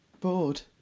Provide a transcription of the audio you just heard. bored